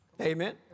Amen